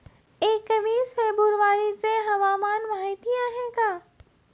एकवीस फेब्रुवारीची हवामान माहिती आहे का?